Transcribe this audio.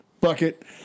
bucket